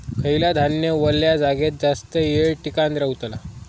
खयला धान्य वल्या जागेत जास्त येळ टिकान रवतला?